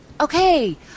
Okay